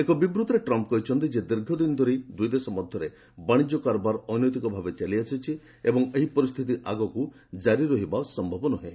ଏକ ବିବୃଭିରେ ଟ୍ରମ୍ପ୍ କହିଛନ୍ତି ଯେ ଦୀର୍ଘଦିନ ଧରି ଦୁଇ ଦେଶ ମଧ୍ୟରେ ବାଣିଜ୍ୟ କାରବାର ଅନୈତିକ ଭାବେ ଚାଲି ଆସିଛି ଏବଂ ଏହି ପରିସ୍ଥିତି ଆଗକୁ ଜାରି ରହିବା ସମ୍ଭବ ନୁହେଁ